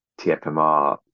TFMR